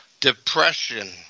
depression